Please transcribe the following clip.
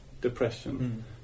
depression